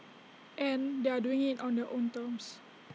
and they are doing IT on their own terms